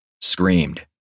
screamed